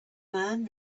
man